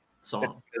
song